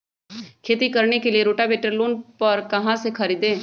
खेती करने के लिए रोटावेटर लोन पर कहाँ से खरीदे?